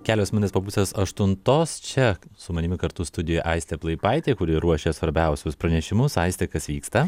kelios minutės po pusės aštuntos čia su manimi kartu studijoj aistė plaipaitė kuri ruošia svarbiausius pranešimus aiste kas vyksta